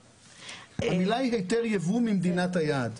המילה היא היתר יבוא ממדינת היעד.